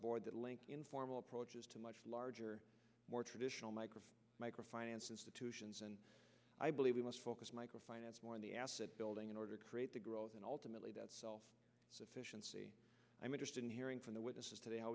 board that link informal approaches to much larger more traditional micro micro finance institutions and i believe we must focus micro finance more on the asset building in order to create the growth and ultimately i'm interested in hearing from the witnesses today how